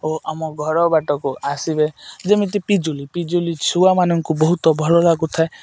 ଓ ଆମ ଘର ବାଟକୁ ଆସିବେ ଯେମିତି ପିଜୁଳି ପିଜୁଳି ଛୁଆମାନଙ୍କୁ ବହୁତ ଭଲ ଲାଗୁଥାଏ